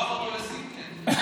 לשלוח אותו לסין, כן.